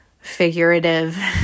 figurative